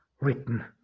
written